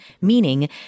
meaning